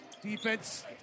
Defense